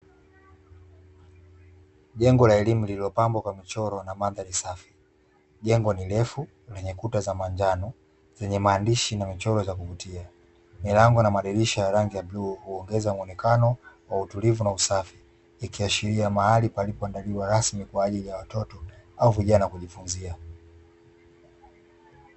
Jengo la elimu lililopambwa kwa michoro na mandhari safi. Jengo ni refu lenye kuta za manjano zenye maandishi mengi na michoro za kuvutia. Milango na madirisha ya rangi ya bluu hongeza muonekano wa utulivu na usafi, ikiashiria mahali palipoandaliwa rasmi kwaajili ya watoto au vijana kujifunzia.